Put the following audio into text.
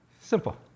Simple